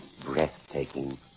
Breathtaking